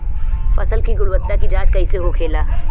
फसल की गुणवत्ता की जांच कैसे होखेला?